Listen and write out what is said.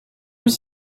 was